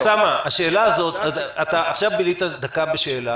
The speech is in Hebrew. אוסאמה סעדי, עכשיו בילית דקה בשאלה